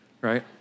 right